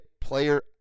player